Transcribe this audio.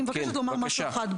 אני מבקשת לומר משהו אחד,